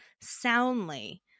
soundly